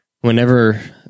whenever